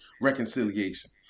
reconciliation